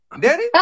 Daddy